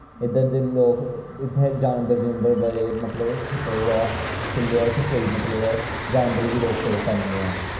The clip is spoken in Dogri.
इध्दर दे लोक इत्थैं जानबर जुनबर बड़े मतलब ओह् ऐ खुल्ले ऐ इत्थै कोई मतलब जानबरे गी रोक टोक हैनी ऐ